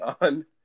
on